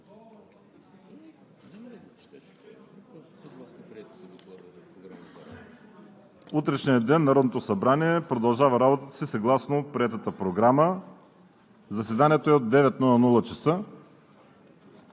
утрешния ден Народното събрание продължава работата си съгласно приетата Програма. Заседанието е от 9,00 ч.